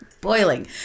boiling